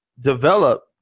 develop